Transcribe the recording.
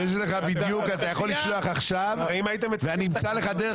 אתה יכול לשלוח עכשיו ואני אמצא לך דרך